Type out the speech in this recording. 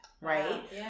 Right